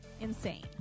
insane